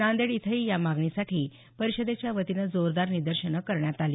नांदेड इथंही या मागणीसाठी परिषदेच्या वतीनं जोरदार निदर्शनं करण्यात आली